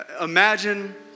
Imagine